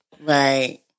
Right